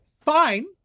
fine